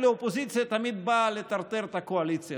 לאופוזיציה תמיד בא לטרטר את הקואליציה,